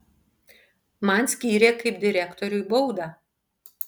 man skyrė kaip direktoriui baudą